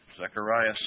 Zechariah